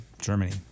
Germany